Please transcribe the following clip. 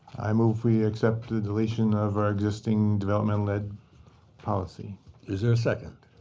i move we accept the deletion of our existing developmental ed policy. is there a second.